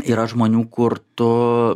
yra žmonių kur tu